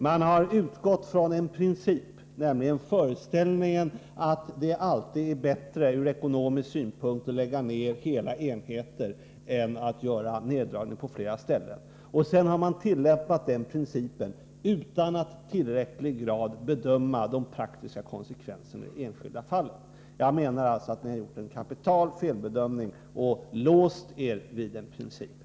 De har utgått från en princip, nämligen föreställningen om att det alltid ur ekonomisk synpunkt är bättre att lägga ned hela enheter än att göra vissa neddragningar på flera ställen. Därefter har de tillämpat den principen utan att i tillräcklig grad ha bedömt de praktiska konsekvenserna i de enskilda fallen. Ni har alltså enligt min mening gjort en kapital felbedömning och låst er vid en princip.